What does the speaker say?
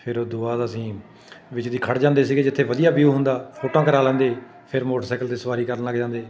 ਫੇਰ ਉਹ ਤੋਂ ਬਾਅਦ ਅਸੀਂ ਵਿੱਚ ਦੀ ਖੜ੍ਹ ਜਾਂਦੇ ਸੀਗੇ ਜਿੱਥੇ ਵਧੀਆ ਵਿਊ ਹੁੰਦਾ ਫੋਟੋਆਂ ਕਰਾ ਲੈਂਦੇ ਫਿਰ ਮੋਟਰਸਾਈਕਲ 'ਤੇ ਸਵਾਰੀ ਕਰਨ ਲੱਗ ਜਾਂਦੇ